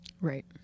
Right